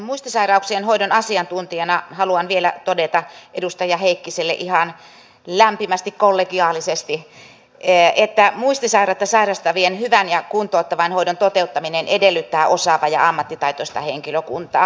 muistisairauksien hoidon asiantuntijana haluan vielä todeta edustaja heikkiselle ihan lämpimästi kollegiaalisesti että muistisairautta sairastavien hyvän ja kuntouttavan hoidon toteuttaminen edellyttää osaavaa ja ammattitaitoista henkilökuntaa